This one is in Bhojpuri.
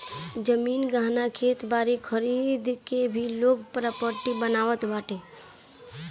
जमीन, गहना, खेत बारी खरीद के भी लोग प्रापर्टी बनावत बाटे